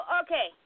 okay